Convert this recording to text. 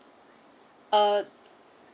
uh